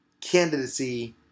candidacy